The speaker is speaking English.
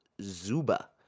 Zuba